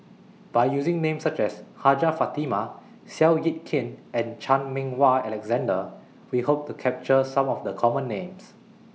By using Names such as Hajjah Fatimah Seow Yit Kin and Chan Meng Wah Alexander We Hope to capture Some of The Common Names